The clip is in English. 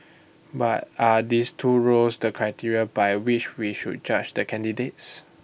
but are these two roles the criteria by which we should judge the candidates